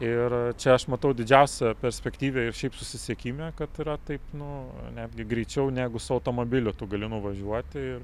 ir čia aš matau didžiausią perspektyvą ir šiaip susisiekime kad yra taip nu netgi greičiau negu su automobiliu tu gali nuvažiuoti